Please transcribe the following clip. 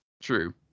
True